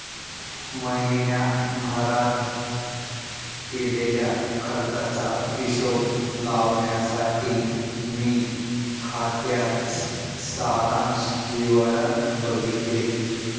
महीण्याभारत केलेल्या खर्चाचा हिशोब लावण्यासाठी मी खात्याच सारांश विवरण बघितले